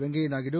Venkaiah Naidu